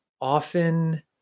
often